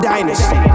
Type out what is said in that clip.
Dynasty